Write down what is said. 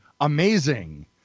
amazing